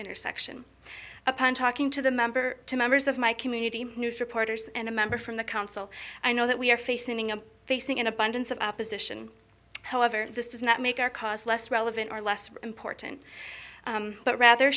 intersection upon talking to the member to members of my community news reporters and a member from the council i know that we are facing a facing an abundance of opposition however this does not make our cars less relevant or less important but rather